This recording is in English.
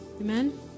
Amen